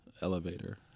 Elevator